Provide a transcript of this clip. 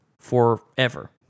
forever